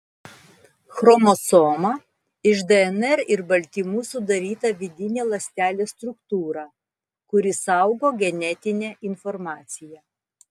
chromosoma iš dnr ir baltymų sudaryta vidinė ląstelės struktūra kuri saugo genetinę informaciją